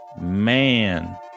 Man